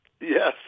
Yes